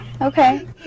Okay